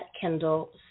Kindle